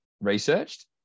researched